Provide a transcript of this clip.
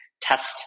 test